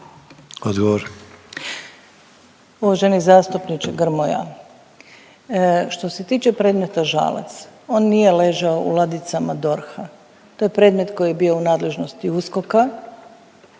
Zlata** Uvaženi zastupniče Grmoja, što se tiče predmeta Žalac, on nije ležao u ladicama DORH-a, to je predmet koji je bio u nadležnosti USKOK-a